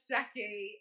Jackie